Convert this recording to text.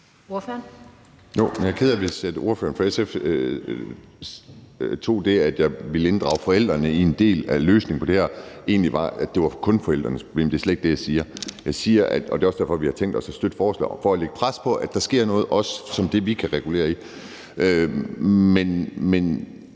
jeg er ked af, hvis ordføreren fra SF tog det, at jeg ville inddrage forældrene i en del af løsningen på det her, som et udtryk for, at det kun var forældrenes problem. Det er slet ikke det, jeg siger, og det er også derfor, vi har tænkt os at støtte forslaget, for at lægge et pres på, at der sker noget der, hvor vi kan regulere i